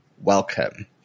welcome